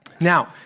Now